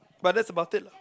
but that's about it